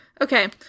Okay